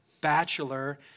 bachelor